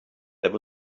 there